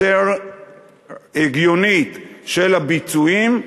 יותר הגיונית של הביצועים,